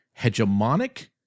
hegemonic